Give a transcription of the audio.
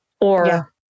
Or-